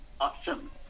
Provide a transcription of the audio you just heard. Awesome